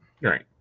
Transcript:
right